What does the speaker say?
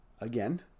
Again